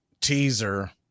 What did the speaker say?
teaser